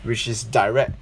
which is direct